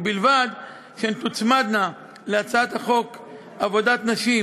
ובלבד שהן תוצמדנה להצעת חוק עבודת נשים